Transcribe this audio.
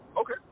Okay